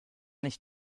nicht